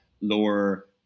lower